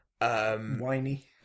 whiny